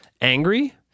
angry